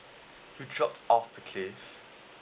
you drop off the cave